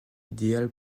idéal